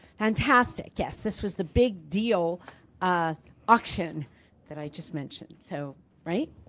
fantastic. yes, this was the big deal ah auction that i just mentioned, so right?